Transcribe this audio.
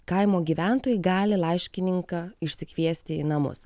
kaimo gyventojai gali laiškininką išsikviesti į namus